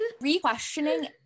re-questioning